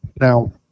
now